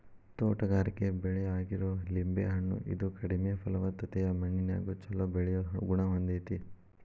ತೋಟಗಾರಿಕೆ ಬೆಳೆ ಆಗಿರೋ ಲಿಂಬೆ ಹಣ್ಣ, ಇದು ಕಡಿಮೆ ಫಲವತ್ತತೆಯ ಮಣ್ಣಿನ್ಯಾಗು ಚೊಲೋ ಬೆಳಿಯೋ ಗುಣ ಹೊಂದೇತಿ